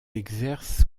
exerce